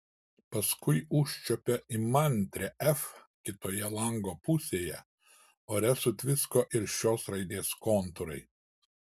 paskui užčiuopė įmantrią f kitoje lango pusėje ore sutvisko ir šios raidės kontūrai